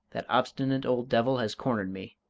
that obstinate old devil has cornered me.